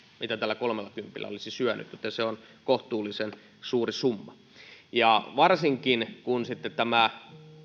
mitä tällä kolmellakympillä olisi syönyt joten se on kohtuullisen suuri summa varsinkin kun tämä